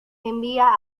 envía